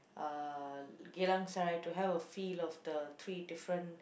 uh Geylang-Serai to have a feel of the three different